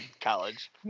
college